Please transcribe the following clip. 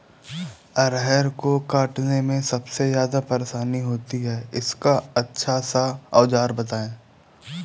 अरहर को काटने में सबसे ज्यादा परेशानी होती है इसका अच्छा सा औजार बताएं?